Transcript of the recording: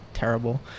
terrible